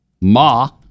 Ma